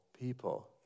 people